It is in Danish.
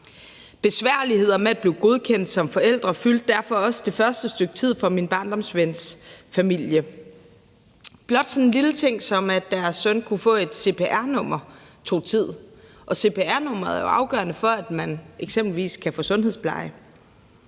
Besværligheder med at blive godkendt som forældre fyldte derfor også det første stykke tid for min barndomsvens familie. Blot sådan en lille ting, som at deres søn kunne få et cpr-nummer, tog tid, og cpr-nummeret er jo afgørende for, at man eksempelvis kan få sundhedspleje.